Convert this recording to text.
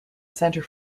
center